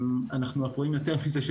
אנחנו אף רואים יותר מזה,